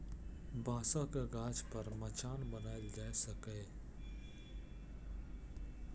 बांस सं गाछ पर मचान बनाएल जा सकैए